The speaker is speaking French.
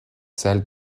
salle